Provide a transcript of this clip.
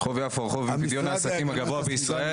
רחוב יפו הוא רחוב עם פדיון העסקים הגבוה ביותר,